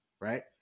Right